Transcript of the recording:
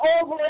over